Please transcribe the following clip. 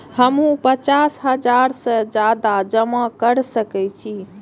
हमू पचास हजार से ज्यादा जमा कर सके छी?